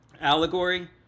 allegory